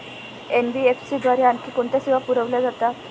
NBFC द्वारे आणखी कोणत्या सेवा पुरविल्या जातात?